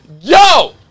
Yo